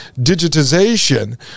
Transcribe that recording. digitization